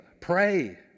Pray